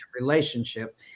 relationship